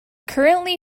currently